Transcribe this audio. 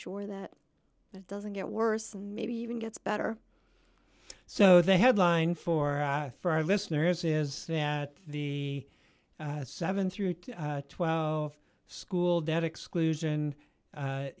sure that it doesn't get worse and maybe even gets better so the headline for for our listeners is that the seven through twelve school debt exclusion